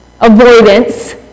avoidance